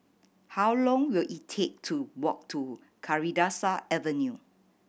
how long will it take to walk to Kalidasa Avenue